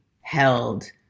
held